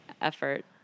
effort